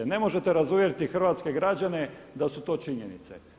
Ne možete razuvjeriti hrvatske građane da su to činjenice.